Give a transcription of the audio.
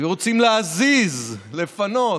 היו רוצים להזיז, לפנות.